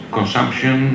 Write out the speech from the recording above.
consumption